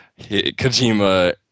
Kojima